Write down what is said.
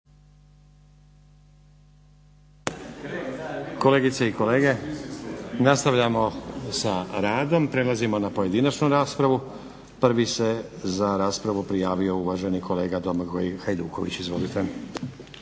Kolegice i kolege nastavljamo sa radom. Prelazimo na pojedinačnu raspravu. Prvi se za raspravu prijavio uvaženi kolega Domagoj Hajduković. Izvolite.